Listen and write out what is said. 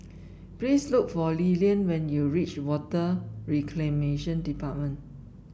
please look for Lilian when you reach Water Reclamation Department